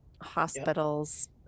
hospitals